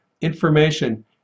information